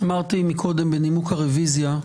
אמרתי קודם בנימוק הרביזיה,